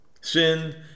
Sin